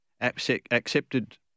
accepted